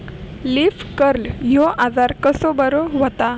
Leaf curl ह्यो आजार कसो बरो व्हता?